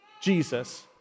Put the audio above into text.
Jesus